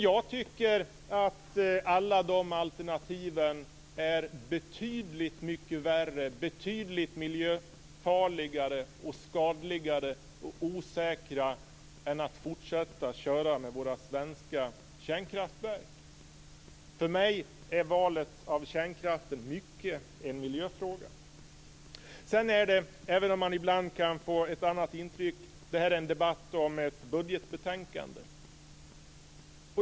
Jag tycker att alla dessa alternativ är betydligt mycket värre, betydligt miljöfarligare, skadligare och osäkrare än att fortsätta att köra med våra svenska kärnkraftverk. För mig är valet av kärnkraften mycket en miljöfråga. Sedan är det här, även om man ibland kan få ett annat intryck, en debatt om ett budgetbetänkande.